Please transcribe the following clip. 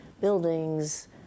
buildings